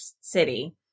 city